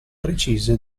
precise